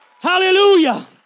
Hallelujah